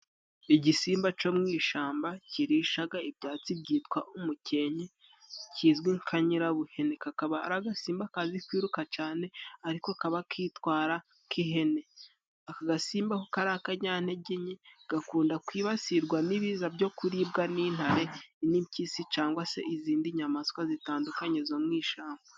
Igisimba co mu ishamba kirishaga ibyatsi byitwa umukenke kizwi nka nyirabuhene. Akaba ari agasimba kazi kwiruka cane, ariko kaba kitwara nk'ihene. Aka gasimba Aho kari akanyantege nke, gakunda kwibasirwa n'ibiza byo kuribwa n'intare, n'impyisi cyangwa se izindi nyamaswa zitandukanye zo mu ishamba.